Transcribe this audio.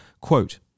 Quote